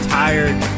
tired